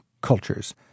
cultures